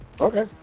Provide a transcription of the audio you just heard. Okay